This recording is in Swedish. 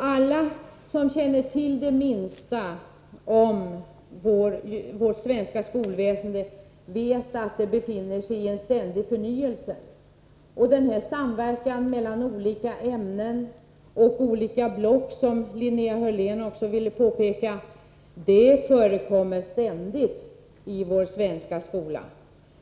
Alla som har den minsta kännedom om det svenska skolväsendet vet att det befinner sig i en ständig förnyelse. Den samverkan mellan olika ämnen och block som Linnea Hörlén ville peka på finns jämt i vår svenska skola.